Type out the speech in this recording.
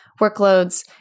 workloads